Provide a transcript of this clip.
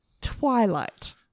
Twilight